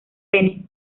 pene